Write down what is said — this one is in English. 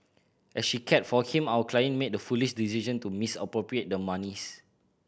as she cared for him our client made the foolish decision to misappropriate the monies